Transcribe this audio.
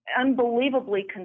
unbelievably